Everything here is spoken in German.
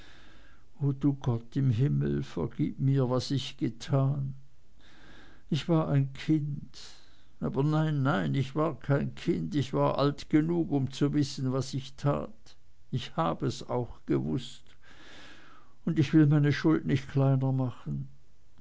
du gott im himmel vergib mir was ich getan ich war ein kind aber nein nein ich war kein kind ich war alt genug um zu wissen was ich tat ich hab es auch gewußt und ich will meine schuld nicht kleiner machen